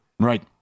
Right